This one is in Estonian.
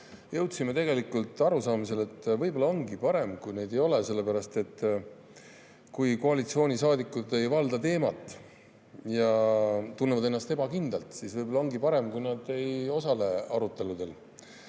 jõudsime arusaamisele, et võib-olla ongi parem, kui neid ei ole. Sellepärast, et kui koalitsioonisaadikud ei valda teemat ja tunnevad ennast ebakindlalt, siis võib-olla ongi parem, kui nad ei osale aruteludel.